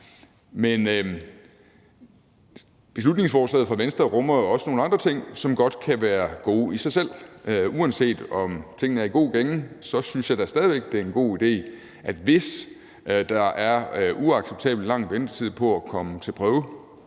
Men beslutningsforslaget fra Venstre rummer jo også nogle andre ting, som godt kan være gode i sig selv. Uanset om tingene er i god gænge, synes jeg da stadig væk, det er en god idé, at man, hvis der er en uacceptabelt lang ventetid på at komme til prøve,